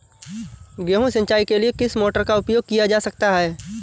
गेहूँ सिंचाई के लिए किस मोटर का उपयोग किया जा सकता है?